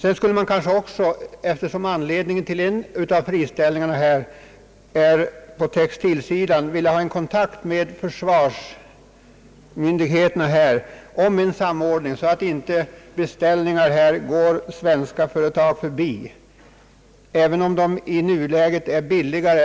Eftersom en av orsakerna till friställningarna i området ligger på textilsidan, skulle man kanske också önska en kontakt med försvarsmyndigheterna för att uppnå en sådan samordning att inte beställningar går svenska företag förbi, även om andra företag i nuläget är billigare.